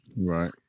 Right